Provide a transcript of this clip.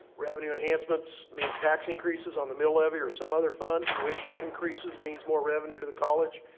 revenue enhancements means tax increases on the mill levy or some other fund. tuition increases means more revenue to the college.